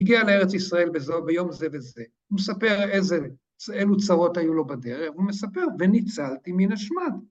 ‫הגיע לארץ ישראל ביום זה וזה, ‫הוא מספר אילו צרות היו לו בדרך, ‫הוא מספר, וניצלתי מן השמד.